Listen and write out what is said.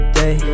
day